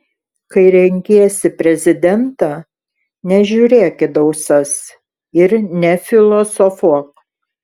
kai renkiesi prezidentą nežiūrėk į dausas ir nefilosofuok